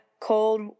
cold